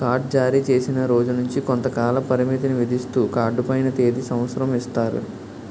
card జారీచేసిన రోజు నుంచి కొంతకాల పరిమితిని విధిస్తూ కార్డు పైన తేది సంవత్సరం ఇస్తారు